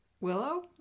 willow